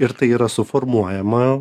ir tai yra suformuojama